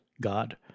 God